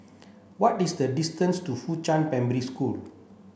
what is the distance to Fuchun Primary School